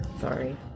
Sorry